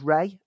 Ray